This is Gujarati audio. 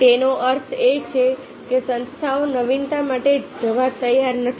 તેનો અર્થ એ કે સંસ્થાઓ નવીનતા માટે જવા તૈયાર નથી